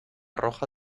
roja